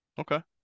Okay